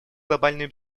глобальную